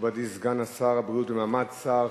מכובדי סגן שר הבריאות במעמד שר,